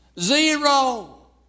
Zero